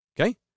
okay